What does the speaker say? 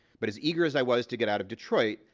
but as eager as i was to get out of detroit,